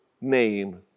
name